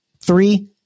Three